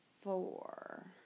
four